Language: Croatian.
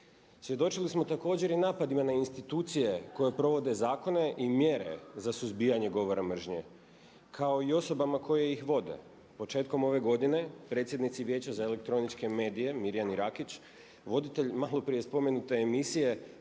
Svjedočili smo također i napadima na institucije koje provode zakone i mjere za suzbijanje govora mržnje kao i osobama koje ih vode. Početkom ove godine predsjednici Vijeća za elektroničke medije Mirjani Rakić voditelj maloprije spomenute emisije